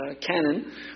canon